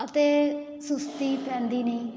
ਅਤੇ ਸੁਸਤੀ ਪੈਂਦੀ ਨਹੀਂ